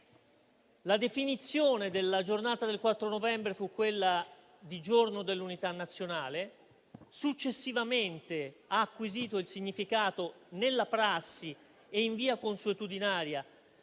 la definizione della giornata del 4 novembre fu quella di Giorno dell'Unità nazionale; successivamente ha acquisito il significato, nella prassi e in via consuetudinaria,